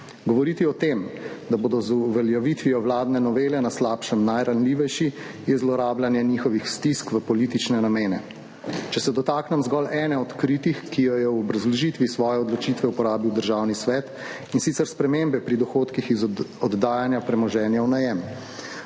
Govoriti o tem, da bodo z uveljavitvijo vladne novele na slabšem najranljivejši, je zlorabljanje njihovih stisk v politične namene. Če se dotaknem zgolj ene od kritik, ki jo je v obrazložitvi svoje odločitve uporabil Državni svet, in sicer spremembe pri dohodkih iz oddajanja premoženja v najem.